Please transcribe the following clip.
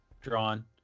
Drawn